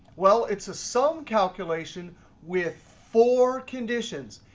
well it's a sum calculation with four conditions.